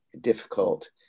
difficult